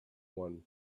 one